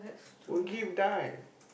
will give die